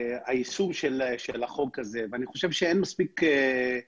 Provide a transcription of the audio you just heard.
היישום של החוק הזה ואני חושב שאין מספיק מודעות.